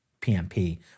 pmp